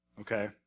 Okay